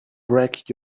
wreck